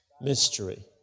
Mystery